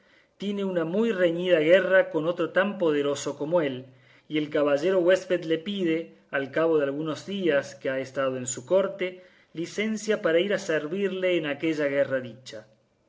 tiene una muy reñida guerra con otro tan poderoso como él y el caballero huésped le pide al cabo de algunos días que ha estado en su corte licencia para ir a servirle en aquella guerra dicha